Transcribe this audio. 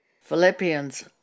Philippians